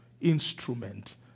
instrument